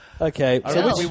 Okay